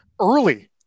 early